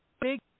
big